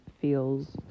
feels